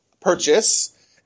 purchase